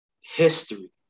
history